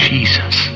Jesus